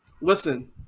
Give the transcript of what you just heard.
Listen